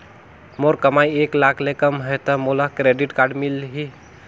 मोर कमाई एक लाख ले कम है ता मोला क्रेडिट कारड मिल ही?